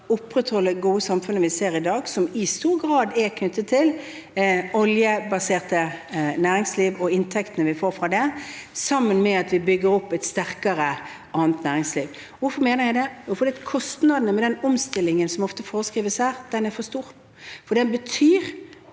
opprettholde det gode samfunnet vi har i dag, som i stor grad er knyttet til det oljebaserte næringsliv og inntektene vi får fra det, samtidig med at vi bygger opp et sterkere annet næringsliv. Hvorfor mener jeg det? Jo, fordi kostnaden ved den omstillingen som ofte foreskrives her, er for stor. Den betyr